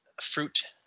fruit